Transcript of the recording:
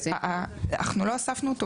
אנחנו לא הוספנו אותו.